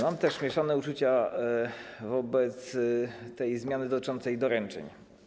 Mam też mieszane uczucia wobec zmiany dotyczącej doręczeń.